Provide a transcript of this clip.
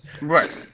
right